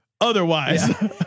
otherwise